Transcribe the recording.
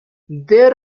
there